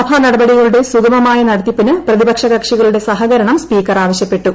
സഭാ നടപടികളുടെ സുഗമമായ നടത്തിപ്പിന് പ്രതിപക്ഷ കക്ഷികളുടെ സഹകരണം സ്പീക്കർ ആവശ്യപ്പെട്ടു